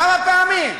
כמה פעמים?